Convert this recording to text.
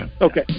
Okay